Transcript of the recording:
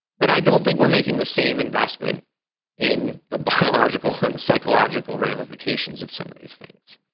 but i don't think we're making the same investment in the biological and psychological ramifications of some of these things.